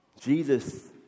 Jesus